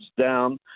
down